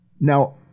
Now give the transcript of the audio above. Now